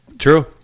True